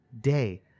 day